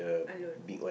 alone